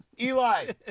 Eli